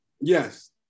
Yes